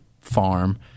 farm